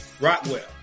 Rockwell